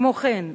כמו כן,